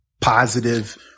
positive